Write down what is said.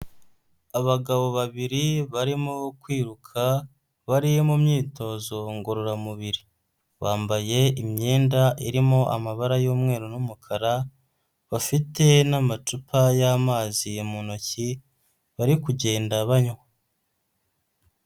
Abagabo babiri barimo kwiruka bari mu myitozo ngororamubiri, bambaye imyenda irimo amabara y'umweru n'umukara, bafite n'amacupa y'amazi mu ntoki bari kugenda banywa.